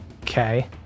Okay